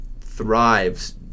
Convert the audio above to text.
thrives